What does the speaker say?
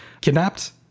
kidnapped